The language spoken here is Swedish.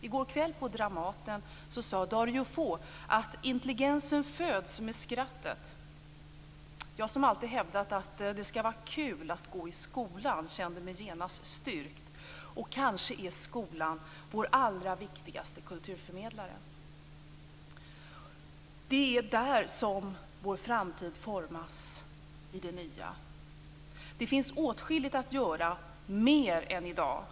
I går kväll på Dramaten sade Dario Fo att intelligensen föds med skrattet. Jag som alltid har hävdat att det skall vara kul att gå i skolan kände mig genast styrkt. Kanske är skolan vår allra viktigaste kulturförmedlare. Det är där som vår framtid formas i det nya. Det finns åtskilligt att göra - mer än som i dag görs.